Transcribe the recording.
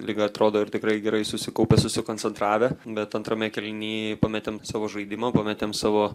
lyg atrodo ir tikrai gerai susikaupę susikoncentravę bet antrame kėliny pametėm savo žaidimą pametėm savo